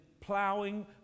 plowing